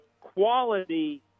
quality